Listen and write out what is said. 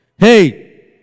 Hey